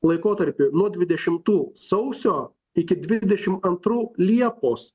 laikotarpiui nuo dvidešimtų sausio iki dvidešim antrų liepos